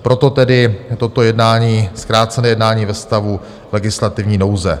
Proto tedy toto jednání, zkrácené jednání ve stavu legislativní nouze.